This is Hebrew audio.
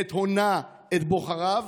בנט הונה את בוחריו,